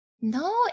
No